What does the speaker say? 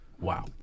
Wow